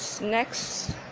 next